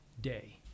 day